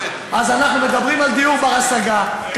החשיבות של האזרחים.